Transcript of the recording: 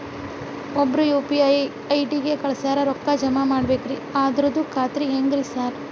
ಒಬ್ರು UPI ID ಕಳ್ಸ್ಯಾರ ರೊಕ್ಕಾ ಜಮಾ ಮಾಡ್ಬೇಕ್ರಿ ಅದ್ರದು ಖಾತ್ರಿ ಹೆಂಗ್ರಿ ಸಾರ್?